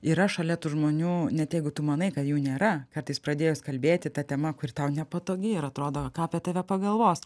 yra šalia tų žmonių net jeigu tu manai kad jų nėra kartais pradėjus kalbėti ta tema kuri tau nepatogi ir atrodo ką apie tave pagalvos